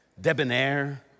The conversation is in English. debonair